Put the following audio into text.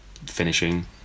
finishing